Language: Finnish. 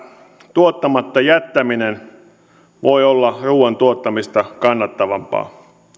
tuottamatta jättäminen voi olla ruuan tuottamista kannattavampaa